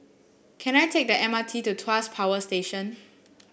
can I take the M R T to Tuas Power Station